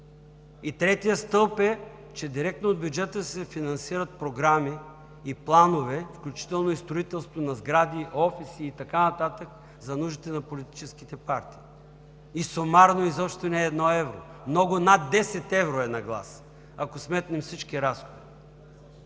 Третият стълб е, че директно от бюджета се финансират програми и планове, включително и строителството на сгради, офиси и така нататък, за нуждите на политическите партии и сумарно изобщо не е едно евро. Много над 10 евро е на глас, ако сметнем всички разходи.